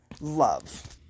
love